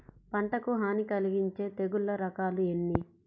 పంటకు హాని కలిగించే తెగుళ్ల రకాలు ఎన్ని?